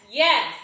yes